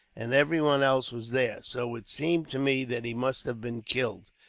and everyone else was there. so it seemed to me that he must have been killed,